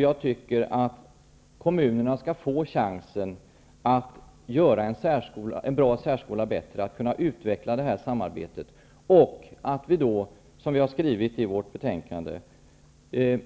Jag tycker att kommunerna skall få chansen att göra en bra särskola bättre, att utveckla det här samarbetet, samtidigt som vi -- som vi har skrivit i betänkandet --